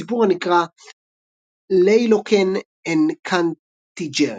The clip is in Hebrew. בסיפור הנקרא "Lailoken and Kentigern".